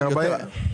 דרך אגב,